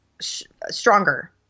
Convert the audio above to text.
stronger